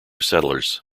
settlers